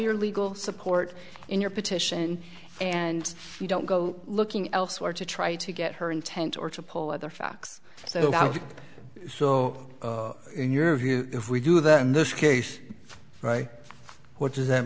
your legal support in your petition and you don't go looking elsewhere to try to get her intent or to poll other facts so so in your view if we do that in this case right what does that